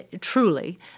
truly